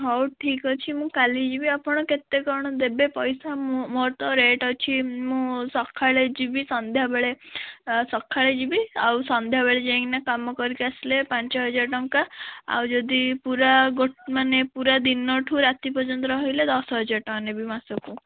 ହଉ ଠିକ୍ ଅଛି ମୁଁ କାଲି ଯିବି ଆପଣ କେତେ କ'ଣ ଦେବେ ପଇସା ମୁଁ ମୋର ତ ରେଟ୍ ଅଛି ମୁଁ ସକାଳେ ଯିବି ସନ୍ଧ୍ୟାବେଳେ ସକାଳେ ଯିବି ଆଉ ସନ୍ଧ୍ୟାବେଳେ ଯାଇକିନା କାମ କରିକି ଆସିଲେ ପାଞ୍ଚ ହଜାର ଟଙ୍କା ଆଉ ଯଦି ପୂରା ମାନେ ପୂରା ଦିନଠୁ ରାତି ପର୍ଯ୍ୟନ୍ତ ରହିଲେ ଦଶ ହଜାର ଟଙ୍କା ନେବି ମାସକୁ